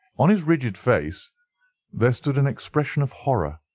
on his rigid face there stood an expression of horror,